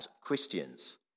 Christians